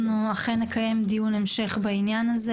אנחנו אכן נקיים דיון המשך בעניין הזה.